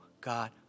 God